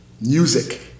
Music